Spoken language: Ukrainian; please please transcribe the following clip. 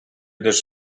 йдеш